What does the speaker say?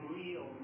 real